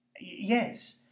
Yes